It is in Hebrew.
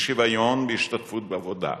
אי-שוויון בהשתתפות בעבודה,